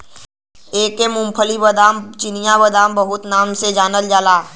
एके मूंग्फल्ली, बादाम, चिनिया बादाम बहुते नाम से जानल जाला